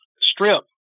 strip